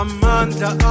Amanda